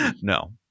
No